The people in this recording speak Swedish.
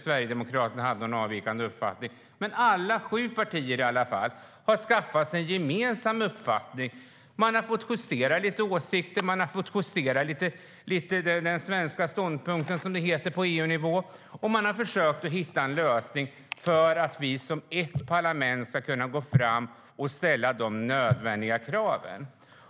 Sverigedemokraterna hade möjligen en avvikande uppfattning, men det var i alla fall sju partier. parlament ska kunna gå fram och ställa nödvändiga krav.